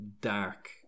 dark